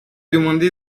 demandé